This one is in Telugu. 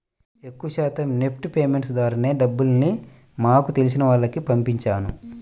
ఎక్కువ శాతం నెఫ్ట్ పేమెంట్స్ ద్వారానే డబ్బుల్ని మాకు తెలిసిన వాళ్లకి పంపించాను